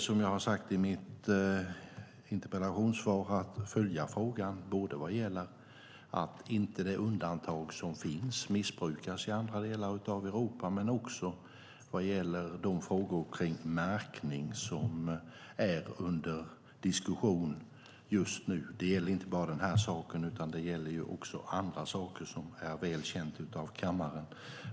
Som jag har sagt i mitt interpellationssvar avser jag att följa frågan inte bara vad gäller att de undantag som finns inte missbrukas i andra delar av Europa utan också vad gäller de frågor kring märkning som är under diskussion just nu. Det gäller inte bara den här saken utan också andra saker, vilket är väl känt av kammaren.